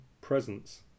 presence